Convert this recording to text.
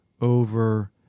over